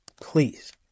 Please